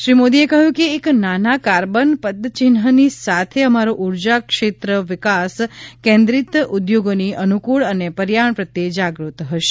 શ્રી મોદીએ કહ્યું કે એક નાના કાર્બન પદચિહ્નની સાથે અમારો ઉર્જા ક્ષેત્ર વિકાસ કેન્ત્રિજત ઉદ્યોગોની અનુકુળ અને પર્યાવરણ પ્રત્યે જાગૃત હશે